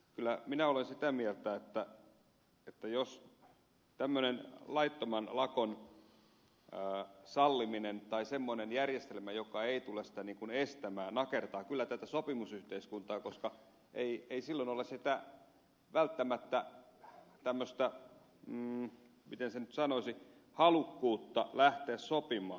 kyllä minä olen sitä mieltä että laittoman lakon salliminen tai semmoinen järjestelmä joka ei tule sitä estämään nakertaa tätä sopimusyhteiskuntaa koska ei silloin ole välttämättä miten sen sanoisi halukkuutta lähteä sopimaan